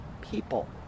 people